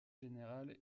général